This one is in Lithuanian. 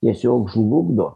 tiesiog žlugdo